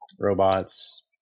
robots